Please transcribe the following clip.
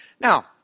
Now